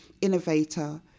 innovator